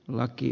laki